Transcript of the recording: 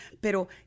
Pero